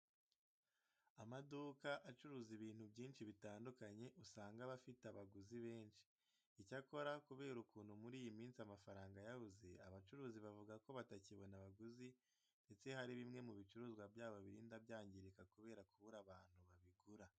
Amaduka acuruza ibintu byinshi bitandukanye usanga aba afite abaguzi benshi. Icyakora kubera ukuntu muri iyi minsi amafaranga yabuze, abacuruzi bavuga ko batakibona abaguzi ndetse hari bimwe mu bicuruzwa byabo birinda byangirika kubera kubura abantu babigura.